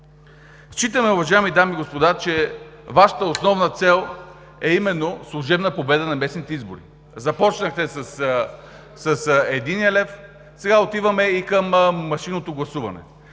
сложно. Уважаеми дами и господа, считаме, че Вашата основна цел е именно служебна победа на местните избори. Започнахте с единия лев, сега отиваме и към машинното гласуване